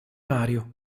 mario